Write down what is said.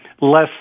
less